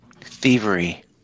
Thievery